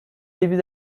début